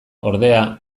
ordea